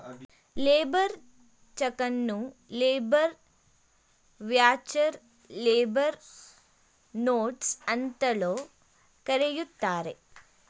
labour ಚಕನ್ನು labour voucher, labour notes ಅಂತಲೂ ಕರೆಯುತ್ತಾರೆ